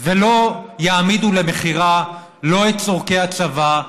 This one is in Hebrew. ולא יעמידו למכירה לא את צורכי הצבא,